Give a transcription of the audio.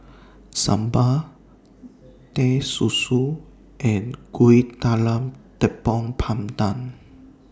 Sambal Teh Susu and Kuih Talam Tepong Pandan